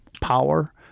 power